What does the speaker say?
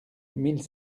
mille